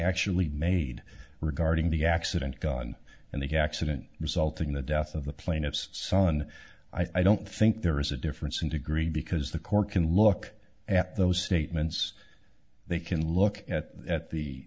actually made regarding the accident gun and the accident resulting in the death of the plaintiffs son i don't think there is a difference in degree because the court can look at those statements they can look at at the